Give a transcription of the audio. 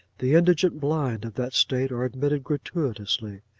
the indigent blind of that state are admitted gratuitously.